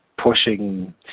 pushing